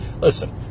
listen